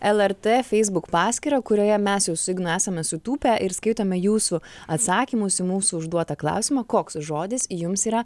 lrt feisbuk paskyrą kurioje mes jau su ignu esame sutūpę ir skaitome jūsų atsakymus į mūsų užduotą klausimą koks žodis jums yra